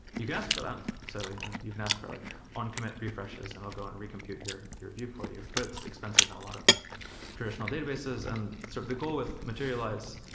you can ask for that. so yeah you can ask for like on-commit refreshes and it will go and recomputed your your view for you, but it's expensive in a lot of traditionally databases. and sort of the goal with materialize,